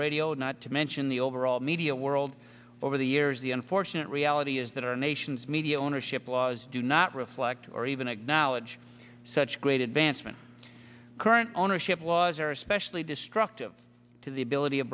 radio not to mention the overall media world over the years the unfortunate reality is that our nation's media ownership laws do not reflect or even acknowledge such great advancement current ownership laws are especially destructive to the ability of